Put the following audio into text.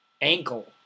ankle